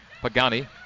Pagani